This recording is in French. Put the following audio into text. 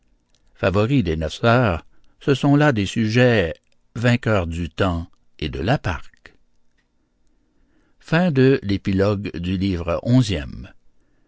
favoris des neuf sœurs ce sont là des sujets vainqueurs du temps et de la parque